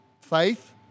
faith